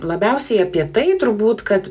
labiausiai apie tai turbūt kad